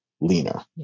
leaner